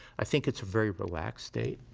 i think it's a very relaxed state.